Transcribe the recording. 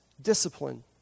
discipline